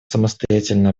самостоятельно